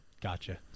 Gotcha